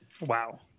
Wow